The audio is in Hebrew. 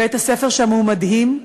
בית-הספר שם הוא מדהים,